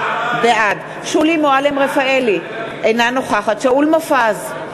בעד שולי מועלם-רפאלי, אינה נוכחת שאול מופז,